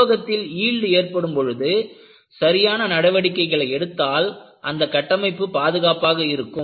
உலோகத்தில் யீல்டு ஏற்படும் பொழுது சரியான நடவடிக்கைகளை எடுத்தால் அந்த கட்டமைப்பு பாதுகாப்பாக இருக்கும்